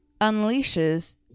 unleashes